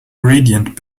gradient